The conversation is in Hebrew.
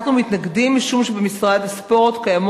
אנחנו מתנגדים משום שבמשרד הספורט קיימת